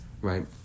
right